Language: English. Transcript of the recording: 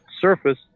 Surface